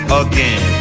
again